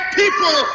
people